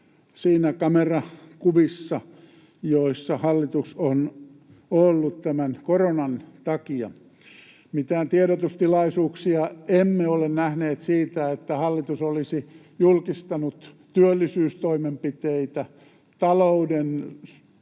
niissä kamerakuvissa, joissa hallitus on ollut tämän koronan takia. Mitään tiedotustilaisuuksia emme ole nähneet siitä, että hallitus olisi julkistanut työllisyystoimenpiteitä, talouden